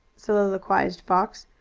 soliloquized fox,